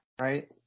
right